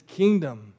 kingdom